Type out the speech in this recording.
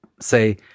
say